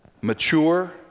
mature